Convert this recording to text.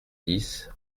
dix